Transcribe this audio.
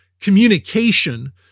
communication